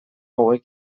hauek